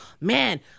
man